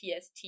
PST